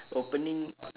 opening